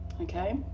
okay